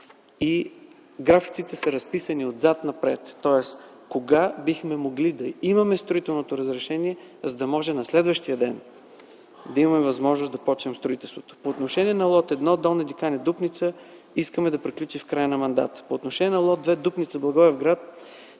Графиците са разписани отзад-напред: кога бихме могли да имаме строителното разрешение, за да може на следващия ден да имаме възможност да започнем строителството. По отношение на лот-1 Долна Диканя-Дупница искаме да приключи до края на мандата. По отношение на лот-2 Дупница-Благоевград,